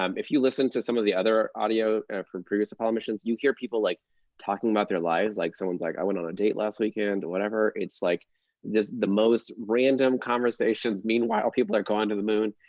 um if you listen to some of the other audio from previous apollo missions, you hear people like talking about their lives. like, someone's like, i went on a date last weekend, or whatever. it's like just the most random conversations. meanwhile, people are going to the moon.